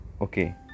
okay